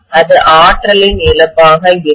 இது ஆற்றலின் இழப்பாக இருக்கும்